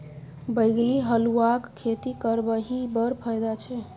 बैंगनी अल्हुआक खेती करबिही बड़ फायदा छै